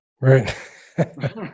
right